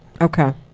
Okay